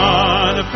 God